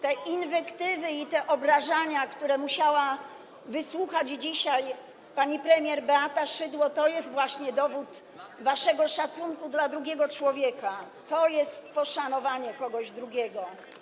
Te inwektywy i te obrażania, których musiała wysłuchać dzisiaj pani premier Beata Szydło, to jest właśnie dowód waszego szacunku dla drugiego człowieka, to jest poszanowanie kogoś drugiego.